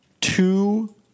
two